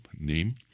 name